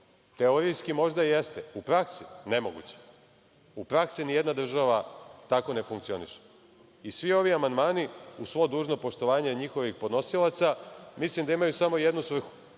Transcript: Teorijski možda i jeste, ali u praksi nemoguće. U praksi ni jedna država tako ne funkcioniše i svi ovi amandmani uz svo dužno poštovanje njihovih podnosilaca, mislim da imaju samo jednu svrhu,